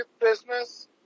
business